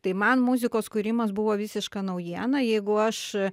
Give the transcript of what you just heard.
tai man muzikos kūrimas buvo visiška naujiena jeigu aš